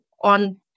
On